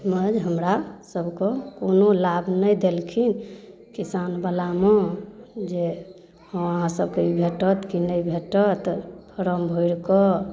मगर हमरा सबके कोनो लाभ नहि देलखिन किसानवलामे जे अहाँ सबके ई भेटत कि नहि भेटत फार्म भरिकऽ